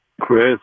Chris